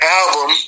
album